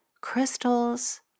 crystals